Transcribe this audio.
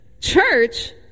church